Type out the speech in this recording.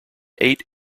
eight